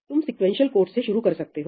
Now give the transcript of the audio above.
तुम sequential code से शुरू कर सकते हो